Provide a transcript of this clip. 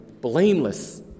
blameless